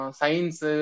science